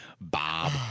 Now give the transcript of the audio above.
Bob